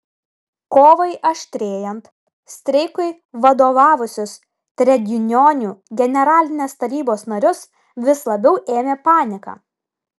kovai aštrėjant streikui vadovavusius tredjunionų generalinės tarybos narius vis labiau ėmė panika